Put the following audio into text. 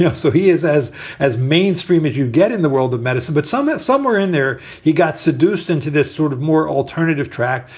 yeah so he is as as mainstream as you get in the world of medicine. but somehow, somewhere in there, he got seduced into this sort of more alternative track.